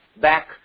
back